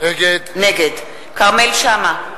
נגד כרמל שאמה,